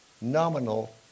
Nominal